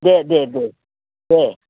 दे दे दे दे